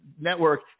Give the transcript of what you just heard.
network